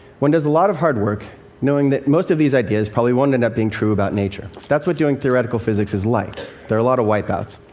one does a lot of hard work knowing that most of these ideas probably won't end up being true about nature. that's what doing theoretical physics is like there are a lot of wipeouts.